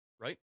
right